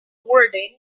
wording